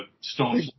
stone